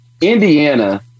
Indiana